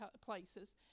places